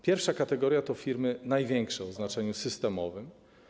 Pierwsza kategoria to firmy największe, o znaczeniu systemowym.